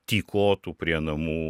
tykotų prie namų